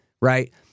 right